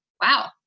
wow